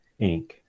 Inc